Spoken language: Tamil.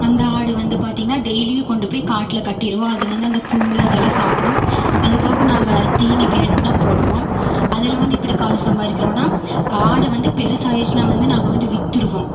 அந்த ஆடு வந்து பார்த்தீங்கன்னா டெய்லியும் கொண்டு போய் காட்டில் கட்டிடுவோம் அது வந்து அந்த புல் அதெல்லாம் சாப்பிடும் அதுப்போக நாங்கள் தீனி வேணுன்னால் போடுவோம் அதில் வந்து எப்படி காசு சம்பாதிக்கிறோன்னா ஆடு வந்து பெருசாகிருச்சினா வந்து நாங்கள் வந்து விற்றுருவோம்